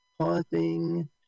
pausing